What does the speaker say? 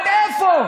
עד איפה?